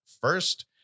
first